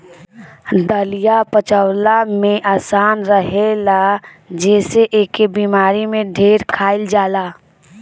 दलिया पचवला में आसान रहेला जेसे एके बेमारी में ढेर खाइल जाला